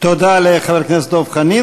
תודה לחבר הכנסת דב חנין.